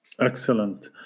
Excellent